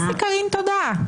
מה זה "קארין, תודה"?